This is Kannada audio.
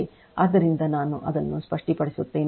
ಆದ್ದರಿಂದ ನಾನು ಅದನ್ನು ಸ್ಪಷ್ಟಪಡಿಸುತ್ತೇನೆ